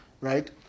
right